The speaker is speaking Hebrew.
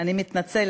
אתה חייב, לא טעיתי.